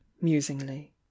musingly